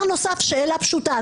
שאלה פשוטה,